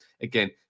again